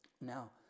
Now